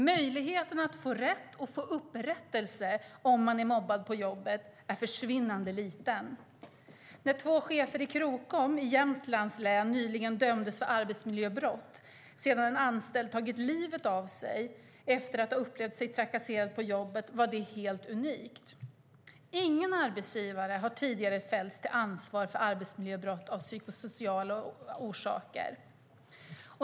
Möjligheten att få rätt och att få upprättelse om man är mobbad på jobbet är försvinnande liten. När två chefer i Krokom i Jämtlands län nyligen dömdes för arbetsmiljöbrott sedan en anställd hade tagit livet av sig efter att ha upplevt sig trakasserade på jobbet var det helt unikt. Ingen arbetsgivare har tidigare fällts till ansvar för arbetsmiljöbrott av psykosociala orsaker.